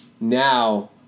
Now